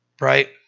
Right